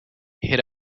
hit